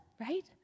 right